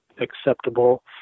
acceptable